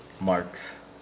marks